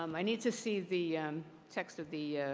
um i need to see the text of the